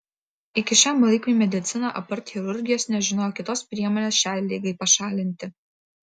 iki šiam laikui medicina apart chirurgijos nežinojo kitos priemonės šiai ligai pašalinti